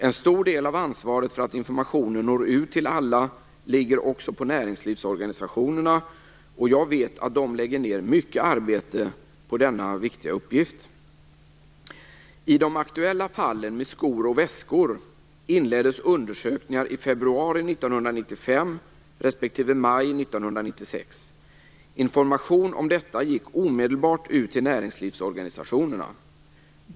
En stor del av ansvaret för att informationen når ut till alla ligger också på näringslivsorganisationerna, och jag vet att de lägger ned mycket arbete på denna viktiga uppgift. I de aktuella fallen med skor och väskor inleddes undersökningar i februari 1995 respektive maj 1996. Information om detta gick omedelbart ut till näringslivsorganisationerna.